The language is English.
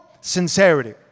Sincerity